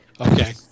Okay